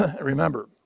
Remember